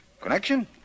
Connection